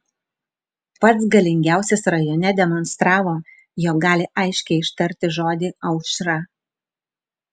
pats galingiausias rajone demonstravo jog gali aiškiai ištarti žodį aušra